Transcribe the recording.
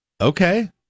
Okay